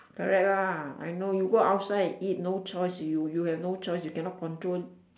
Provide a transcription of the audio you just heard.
correct lah I know you go outside eat no choice you you have no choice you cannot control